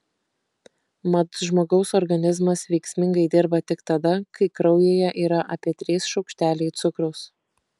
mat žmogaus organizmas veiksmingai dirba tik tada kai kraujyje yra apie trys šaukšteliai cukraus